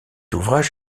ouvrage